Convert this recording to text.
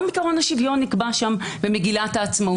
גם עיקרון השוויון נקבע שם במגילת העצמאות.